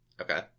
Okay